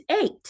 eight